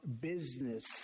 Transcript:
business